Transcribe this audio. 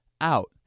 out